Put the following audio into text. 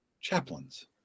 Chaplains